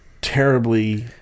terribly